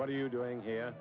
what are you doing here